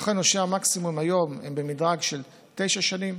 לכן עונשי המקסימום היום הם במדרג של תשע שנים,